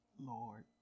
lord